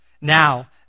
Now